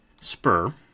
Spur